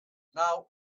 now